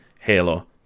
halo